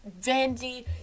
Vandy